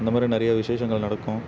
இந்த மாதிரி நிறைய விசேஷங்கள் நடக்கும்